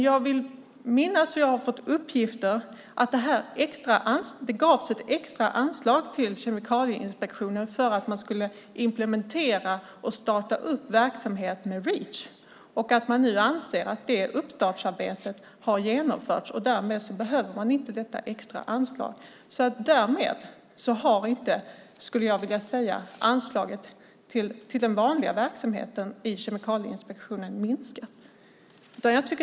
Jag vill minnas och har fått uppgifter om att det gavs ett extra anslag till Kemikalieinspektionen för att man skulle genomföra och starta verksamhet med Reach. Man anser nu att det uppstartsarbetet har genomförts, och därmed behöver man inte detta extra anslag. Därmed har inte anslaget till den vanliga verksamheten i Kemikalieinspektionen minskat.